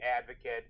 advocate